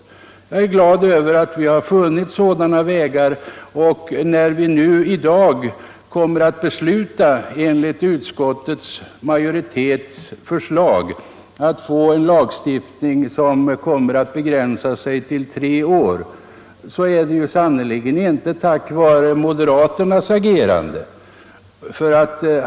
Jag är glad över att vi har funnit sådana vägar. När vi i dag kommer att besluta enligt utskottets majoritetsförslag och få en lagstiftning som begränsas till tre år är det sannerligen inte tack vare moderaternas agerande.